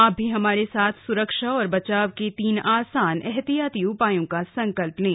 आप भी हमारे साथ सुरक्षा और बचाव के तीन आसान एहतियाती उपायों का संकल्प लें